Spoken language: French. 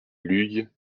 luye